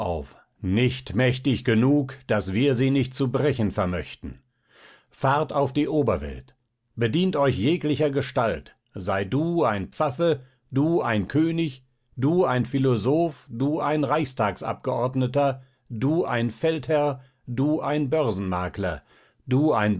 nicht mächtig genug daß wir sie nicht zu brechen vermöchten fahrt auf die oberwelt bedient euch jeglicher gestalt sei du ein pfaffe du ein könig du ein philosoph du ein reichstagsabgeordneter du ein feldherr du ein börsenmakler du ein